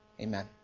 Amen